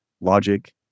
logic